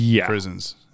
prisons